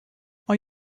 are